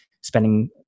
spending